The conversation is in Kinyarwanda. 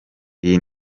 iyi